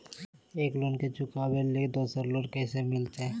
एक लोन के चुकाबे ले दोसर लोन कैसे मिलते?